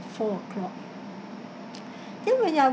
four O'clock then when you are